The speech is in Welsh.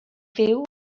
fyw